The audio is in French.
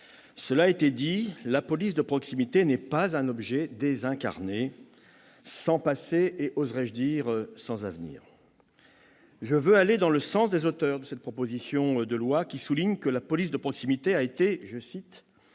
Cela a été dit, la police de proximité n'est pas un objet désincarné, sans passé et, oserais-je dire, sans avenir. Je veux aller dans le sens des auteurs de cette proposition de loi, qui soulignent que la police de proximité a été «